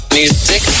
music